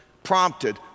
prompted